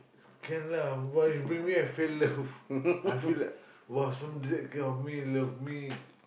can lah why you bring me I feel loved I feel like !wow! someboday that care of me love me